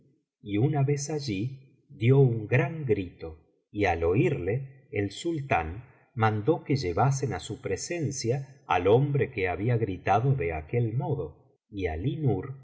y una vez allí dio un gran grito y al oírle el sultán mandó que llevasen á su presencia al hombre que había gritado de aquel modo y alínur al